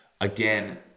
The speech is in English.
again